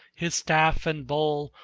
his staff and bowl,